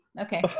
Okay